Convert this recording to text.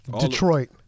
Detroit